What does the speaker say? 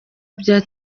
bya